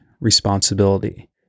responsibility